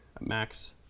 Max